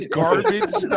garbage